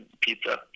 Pizza